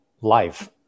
life